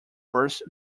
first